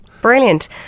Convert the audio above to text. brilliant